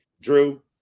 Drew